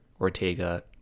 Ortega